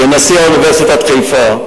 לנשיא אוניברסיטת חיפה,